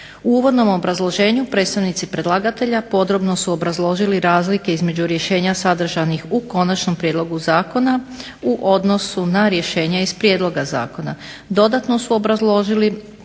U uvodnom obrazloženju predstavnici predlagatelja podrobno su obrazložili razlike između rješenja sadržanih u konačnom prijedlogu zakona, u odnosu na rješenja iz prijedloga zakona. Dodatno su obrazložili prijedloge